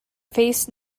faced